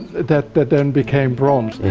that that then became bronze.